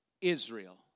Israel